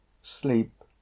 sleep